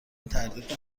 تردید